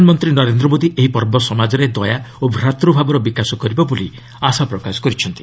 ପ୍ରଧାନମନ୍ତ୍ରୀ ନରେନ୍ଦ୍ର ମୋଦି ଏହି ପର୍ବ ସମାଜରେ ଦୟା ଓ ଭ୍ରାତୃଭାବର ବିକାଶ କରିବ ବୋଲି ଆଶା ପ୍ରକାଶ କରିଛନ୍ତି